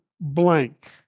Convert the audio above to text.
blank